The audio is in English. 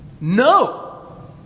No